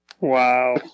Wow